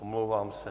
Omlouvám se.